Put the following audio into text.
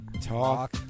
talk